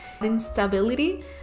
instability